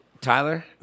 Tyler